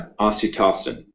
oxytocin